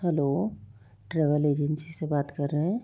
hello travel agency से बात कर रहे हैं